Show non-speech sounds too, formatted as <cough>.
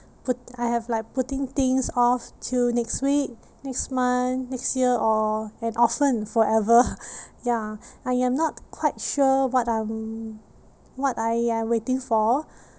put I have like putting things off till next week next month next year or and often forever <noise> ya I am not quite sure what I'm what I uh waiting for